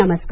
नमस्कार